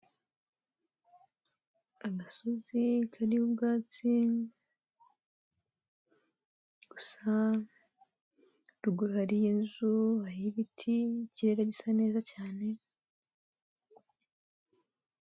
Agasozi kariho ubwatsi, gusa haruguru hariyo inzu, hiriyo ibiti, ikirere gisa neza cyane.